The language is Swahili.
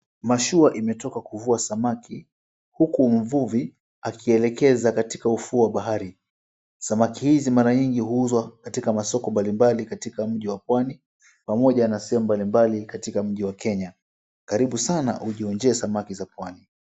Mashua imetoka kuvua samaki. Huku mvuvi akielekeza katika ufuo wa bahari. Samaki hizi mara nyingi huuzwa katika masoko mbalimbali katika mji wa pwani, pamoja na sehemu mbalimbali katika mji wa Kenya karibu sana ujionjee samaki za pwani.